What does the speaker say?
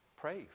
pray